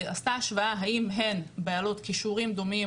ועשתה השוואה האם הן בעלות כישורים דומים